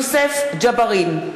יוסף ג'בארין,